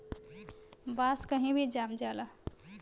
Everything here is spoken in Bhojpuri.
बांस कही भी जाम जाला